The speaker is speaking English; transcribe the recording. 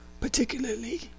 particularly